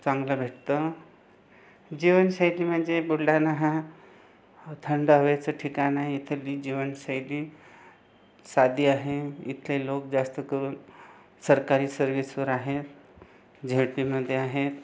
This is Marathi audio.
चांगलं भेटतं जीवनशैली म्हणजे बुलढाणा हा थंड हवेचं ठिकाण आहे इथली जीवनशैली साधी आहे इथले लोक जास्त करून सरकारी सर्विसवर आहेत झेड पीमध्ये आहेत